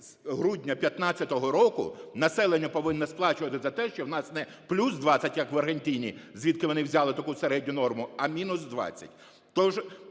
з грудня 15-го року, населення повинне сплачувати за те, що у нас не плюс 20, як в Аргентині, звідки вони взяли таку середню норму, а мінус 20.